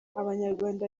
abanyarwanda